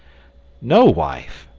no, wife,